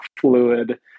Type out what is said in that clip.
fluid